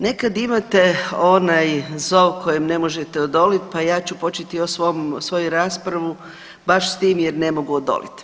Nekad imate onaj zov kojem ne možete odoliti, pa ja ću početi svoju raspravu baš s tim jer ne mogu odoliti.